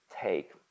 take